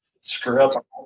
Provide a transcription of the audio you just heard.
screw-up